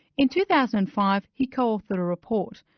in two thousand and five, he co-authored a report,